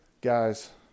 Guys